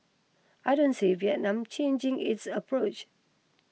I don't see Vietnam changing its approach